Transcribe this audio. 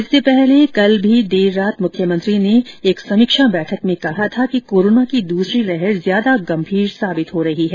इससे पहले कल भी देर रात मुख्यमंत्री ने समीक्षा बैठक में कहा था कि कोरोना की दूसरी लहर ज्यादा गंभीर साबित हो रही है